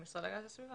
המשרד להגנת הסביבה.